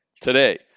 today